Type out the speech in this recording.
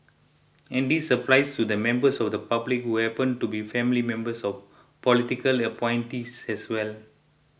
and this applies to the members of the public who happen to be family members of political appointees as well